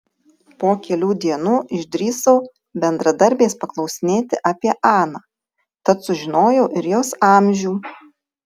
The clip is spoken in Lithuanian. po kelių dienų išdrįsau bendradarbės paklausinėti apie aną tad sužinojau ir jos amžių